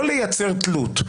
לא לייצר תלות.